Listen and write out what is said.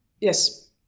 Yes